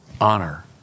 honor